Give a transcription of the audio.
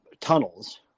tunnels